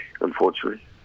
unfortunately